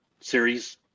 series